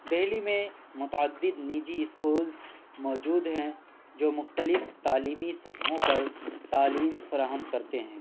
دہلی میں متعدد نجی اسکولز موجود ہیں جو مختلف تعلیمی سطحوں پر تعلیم فراہم کرتے ہیں